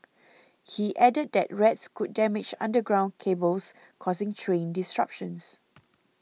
he added that rats could damage underground cables causing train disruptions